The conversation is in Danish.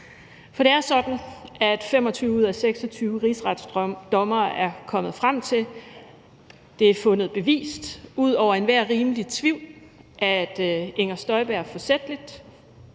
For det er sådan, at 25 ud af 26 rigsretsdommere er kommet frem til, det er fundet bevist ud over enhver rimelig tvivl, at fru Inger Støjberg forsætligt,